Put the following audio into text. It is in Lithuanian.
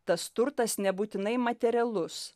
tas turtas nebūtinai materialus